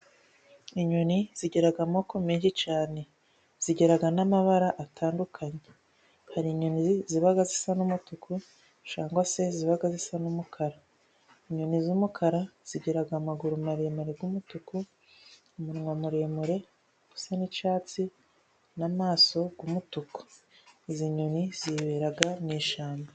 Inyoni zigira amoko menshi cyane zigira n'amabara atandukanye, hari inyoni ziba zisa n'umutuku cyangwa se ziba zisa n'umukara, inyoni z'umukara zigira amaguru maremare y'umutuku umunwa muremure usa n'icyatsi, n'amaso y'umutuku. izi nyoni zibera mu ishyamba.